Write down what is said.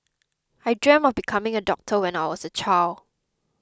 I dreamt of becoming a doctor when I was a child